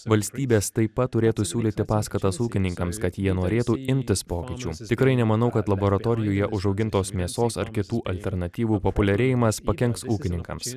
valstybės taip pat turėtų siūlyti paskatas ūkininkams kad jie norėtų imtis pokyčių tikrai nemanau kad laboratorijoje užaugintos mėsos ar kitų alternatyvų populiarėjimas pakenks ūkininkams